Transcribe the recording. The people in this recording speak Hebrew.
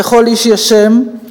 "לכל איש יש שם".